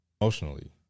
emotionally